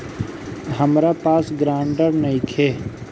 हमरा पास ग्रांटर नइखे?